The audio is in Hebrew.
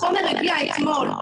החומר הגיע אתמול,